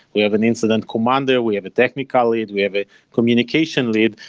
we have an incident commander, we have a technical lead, we have a communication lead,